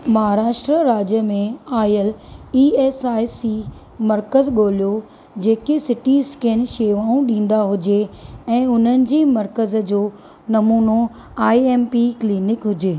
महाराष्ट्र राज्य में आयल ई ऐस आई सी मर्कज़ ॻोल्हियो जेके सी टी स्कैन शेवाऊं ॾींदा हुजे ऐं उन्हनि जे मर्कज़ जो नमूनो आई ऐम पी क्लिनिक हुजे